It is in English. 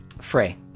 Frey